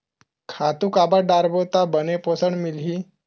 खातु काबर डारबो त बने पोषण मिलही?